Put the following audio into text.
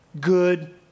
good